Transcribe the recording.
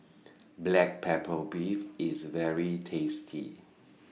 Black Pepper Beef IS very tasty